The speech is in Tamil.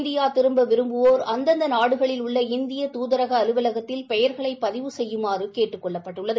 இந்தியா திரும்ப விரும்புவோா் அந்தந்த நாடுகளில் உள்ள இந்திய தூதரக அலவலகத்தில் பெயர்களை பதிவு செய்யுமாறு கேட்டுக் கொள்ளப்பட்டுள்ளது